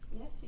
Yes